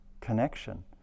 connection